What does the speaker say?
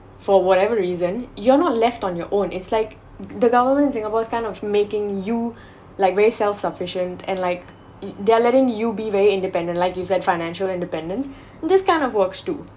for whatever reason you're not left on your own it's like the government in singapore is kind of making you like very self sufficient and like they're letting you be very independent like you said financial independence these kind of works too